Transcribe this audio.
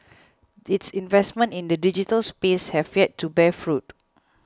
its investments in the digital space have yet to bear fruit